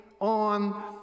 on